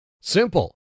Simple